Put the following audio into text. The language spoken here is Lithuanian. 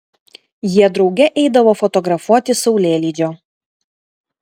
jie drauge eidavo fotografuoti saulėlydžio